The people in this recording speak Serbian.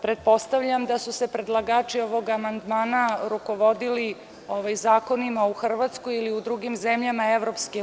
Pretpostavljam da su se predlagači ovog amandmana rukovodili zakonima u Hrvatskoj ili u drugim zemljama EU.